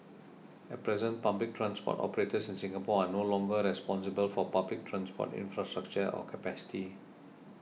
at present public transport operators in Singapore are no longer responsible for public transport infrastructure or capacity